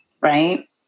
right